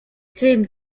tym